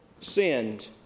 sinned